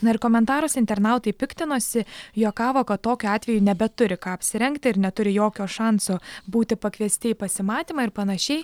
na ir komentaruose internautai piktinosi juokavo kad tokiu atveju nebeturi ką apsirengti ir neturi jokio šanso būti pakviesti į pasimatymą ir panašiai